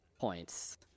points